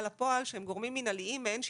לפועל שהם גורמים מנהליים מעין שיפוטיים,